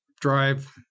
drive